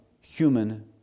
human